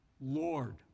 lord